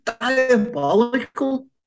diabolical